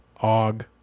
Og